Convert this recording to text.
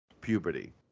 puberty